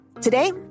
Today